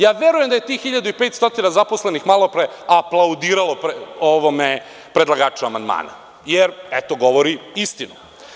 Ja verujem da je tih 1500 zaposlenih malopre aplaudiralo predlagaču amandmana, jer eto govori istinu.